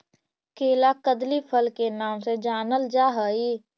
केला कदली फल के नाम से जानल जा हइ